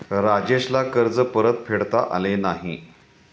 राजेशला कर्ज परतफेडता आले नाही